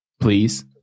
Please